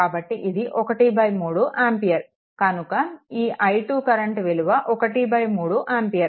కాబట్టిఇది 13 ఆంపియర్ కనుక ఈ i2 కరెంట్ విలువ 13 ఆంపియర్